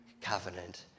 Covenant